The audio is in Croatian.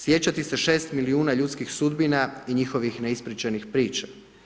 Sjećati se 6 milijuna ljudskih sudbina i njihovih neispričanih priča.